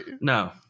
No